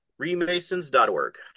Remasons.org